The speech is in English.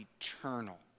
eternal